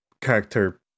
character